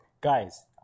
Guys